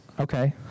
okay